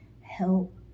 help